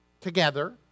together